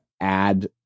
add